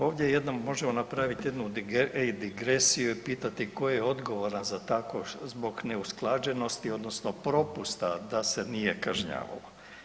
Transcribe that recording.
Ovdje jednom možemo napraviti jednu digresiju i pitati ko je odgovoran za tako, zbog neusklađenosti odnosno propusta da se nije kažnjavalo?